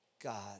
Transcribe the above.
God